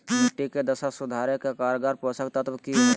मिट्टी के दशा सुधारे के कारगर पोषक तत्व की है?